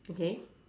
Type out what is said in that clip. okay